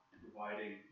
providing